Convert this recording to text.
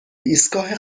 ایستگاه